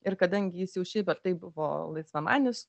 ir kadangi jis jau šiaip ar taip buvo laisvamanis